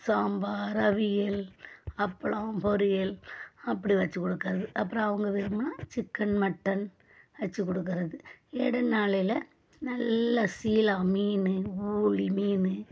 சாம்பார் அவியல் அப்பளம் பொரியல் அப்படி வச்சிக்கொடுக்கறது அப்புறம் அவங்க விரும்பினா சிக்கன் மட்டன் வச்சிக்கொடுக்கறது இட நாளையில் நல்லா சீலா மீன் ஊளி மீன்